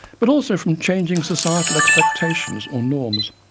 but also from changing societal expectations or norms.